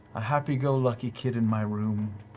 a happy-go-lucky kid in my room.